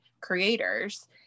creators